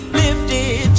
lifted